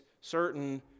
certain